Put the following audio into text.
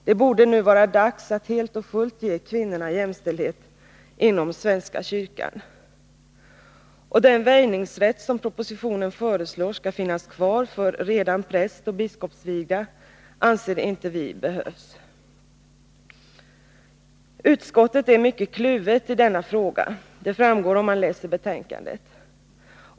Det borde nu vara dags att helt och fullt ge kvinnorna jämställdhet inom svenska kyrkan. Den väjningsrätt som propositionen föreslår skall finnas kvar för redan prästoch biskopsvigda anser vi inte behövs. Utskottet är mycket kluvet i denna fråga. Det framgår, om man läser betänkandet.